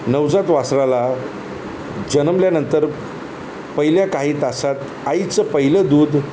नवजात वासराला जन्मल्यानंतर पहिल्या काही तासात आईचं पहिलं दूध